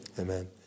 Amen